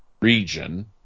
region